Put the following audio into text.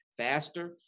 faster